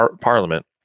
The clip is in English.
parliament